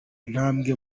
intambwe